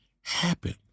happen